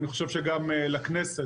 אני חושב שגם לכנסת,